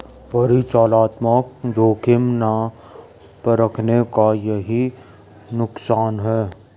परिचालनात्मक जोखिम ना परखने का यही नुकसान है